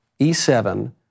E7